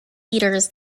leaders